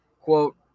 quote